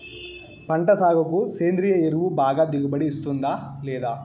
పంట సాగుకు సేంద్రియ ఎరువు బాగా దిగుబడి ఇస్తుందా లేదా